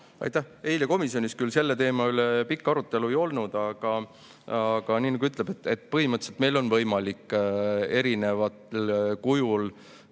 Eile komisjonis küll selle teema üle pikka arutelu ei olnud. Aga põhimõtteliselt meil on võimalikud erineval kujul